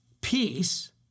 peace